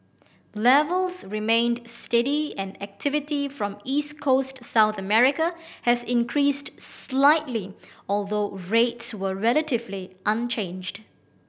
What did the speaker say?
levels remained steady and activity from East Coast South America has increased slightly although rates were relatively unchanged